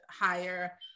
higher